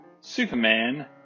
superman